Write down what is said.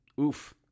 Oof